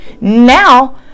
Now